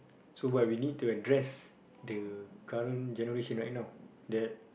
so what we need to address the current generation right now that